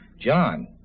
John